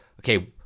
okay